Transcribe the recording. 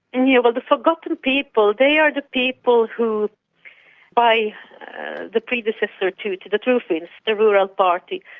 and yeah well the forgotten people, they are the people who by the predecessor to to the true finns, the rural party,